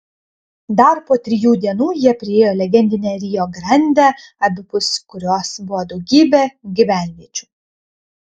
dar po trijų dienų jie priėjo legendinę rio grandę abipus kurios buvo daugybė gyvenviečių